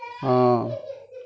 ହଁ